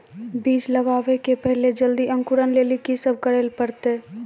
बीज लगावे के पहिले जल्दी अंकुरण लेली की सब करे ले परतै?